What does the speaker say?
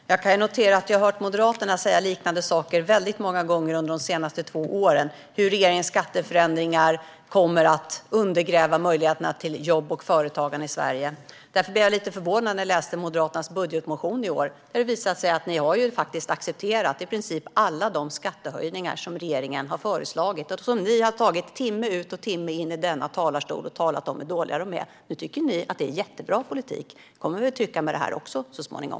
Herr talman! Jag noterar att jag har hört Moderaterna säga liknande saker väldigt många gånger under de senaste två åren, att regeringens skatteförändringar kommer att undergräva möjligheterna till jobb och företagande i Sverige. Därför blev jag lite förvånad när jag läste Moderaternas budgetmotion i år. Där visade det sig att ni faktiskt har accepterat i princip alla de skattehöjningar som regeringen har föreslagit och som ni ägnat timme ut och timme in i denna talarstol till att tala om hur dåliga de är. Nu tycker ni att det är jättebra politik. Det kommer ni väl att tycka om det här också så småningom.